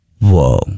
Whoa